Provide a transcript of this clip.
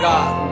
God